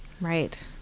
Right